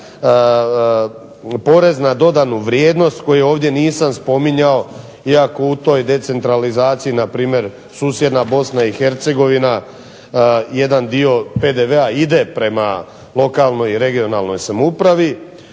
porez na dodanu vrijednost koji ovdje nisam spominjao iako u toj decentralizaciji npr. susjedna BiH jedan dio PDV-a ide prema lokalnoj i regionalnoj samoupravi.